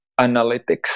analytics